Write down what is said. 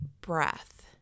breath